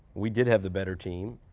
we did have the better team.